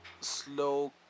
slow